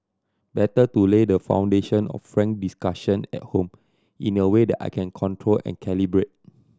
better to lay the foundation of frank discussion at home in a way that I can control and calibrate